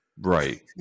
Right